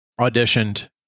auditioned